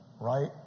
right